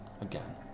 again